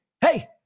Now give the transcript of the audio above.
hey